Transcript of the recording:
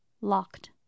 locked